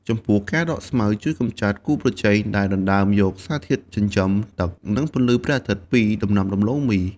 ចំពោះការដកស្មៅជួយកម្ចាត់គូប្រជែងដែលដណ្ដើមយក សារធាតុចិញ្ចឹម ទឹក និង ពន្លឺព្រះអាទិត្យ ពីដំណាំដំឡូងមី។